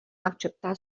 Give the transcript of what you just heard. accepta